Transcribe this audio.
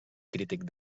crític